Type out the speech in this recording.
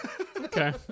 Okay